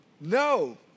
No